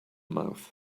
mouth